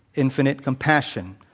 infinite compassion,